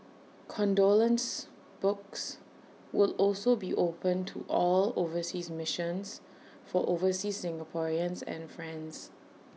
condolence books will also be opened to all overseas missions for overseas Singaporeans and friends